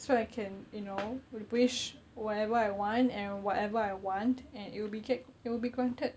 so I can you know wish whatever I want and whatever I want and it will be get it will be granted